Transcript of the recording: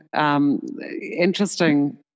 interesting